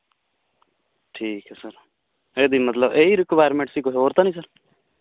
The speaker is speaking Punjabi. ਠੀਕ ਐ ਸਰ ਇਹਦੀ ਮਤਲਬ ਇਹੀ ਰਿਕੁਾਇਰਮੈਂਟ ਸੀ ਕੋਈ ਹੋਰ ਤਾਂ ਨਹੀਂ ਸਰ